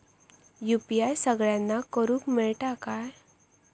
UPI सगळ्यांना करुक मेलता काय?